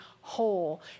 whole